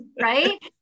Right